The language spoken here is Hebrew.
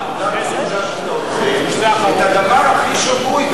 לקחת מהעבודה הקדושה שאתה עושה את הדבר הכי שגוי,